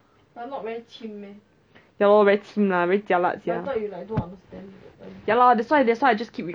ya lor very chim lah very jialat sia ya lah that's why I just I just keep repeating